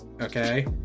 okay